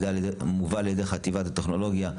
מובל על ידי חטיבת הטכנולוגיה,